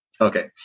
Okay